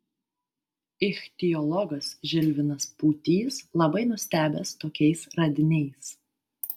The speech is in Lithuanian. ichtiologas žilvinas pūtys labai nustebęs tokiais radiniais